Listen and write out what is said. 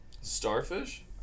Starfish